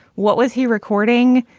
what was he recording?